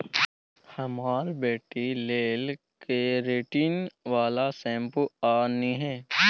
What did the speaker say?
हमर बेटी लेल केरेटिन बला शैंम्पुल आनिहे